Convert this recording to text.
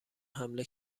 حمله